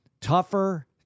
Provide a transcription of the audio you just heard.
tougher